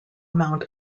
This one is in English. amount